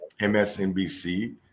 MSNBC